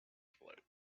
float